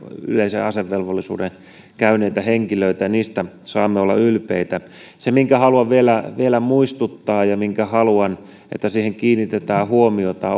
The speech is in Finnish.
yleisen asevelvollisuuden käyneitä henkilöitä ja heistä saamme olla ylpeitä se minkä haluan vielä vielä muistuttaa ja mihin haluan että kiinnitetään huomiota